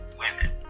women